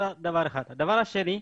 הדבר השני.